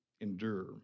endure